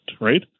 right